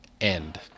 end